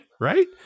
right